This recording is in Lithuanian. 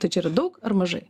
tai čia yra daug ar mažai